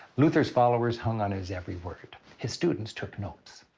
luther's followers hung on his every word. his students took notes.